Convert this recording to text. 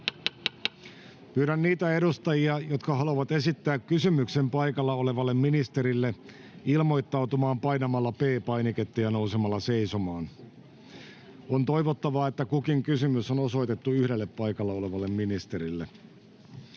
Pyydän niitä edustajia, jotka haluavat esittää kysymyksen paikalla olevalle ministerille, ilmoittautumaan painamalla P-painiketta ja nousemalla seisomaan. On toivottavaa, että kukin kysymys on osoitettu yhdelle paikalla olevalle ministerille.